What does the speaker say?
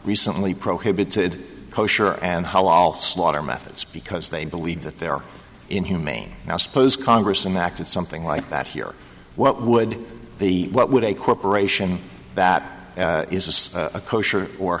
recently prohibited kosher and hell all slaughter methods because they believe that their inhumane now suppose congress some acted something like that here what would the what would a corporation that is a kosher or